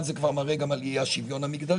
שזה כבר מראה גם על אי השוויון המגדרי,